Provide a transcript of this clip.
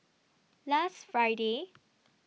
last Friday